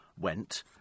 went